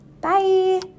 Bye